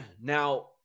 Now